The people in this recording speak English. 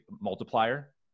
multiplier